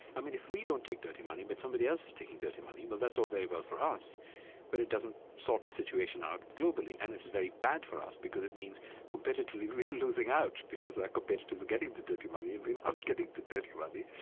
i mean, if we don't take dirty money but somebody else is taking dirty money, well, that's all very well for us but it doesn't sort the situation out globally. and it's very bad for us because it means competitively we're losing out because our competitors are getting the dirty money and we're not and ah getting the dirty money.